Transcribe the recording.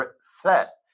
set